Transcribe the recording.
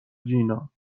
جینا